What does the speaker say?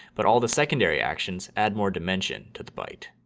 but all the secondary actions add more dimension to the bite.